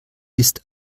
ist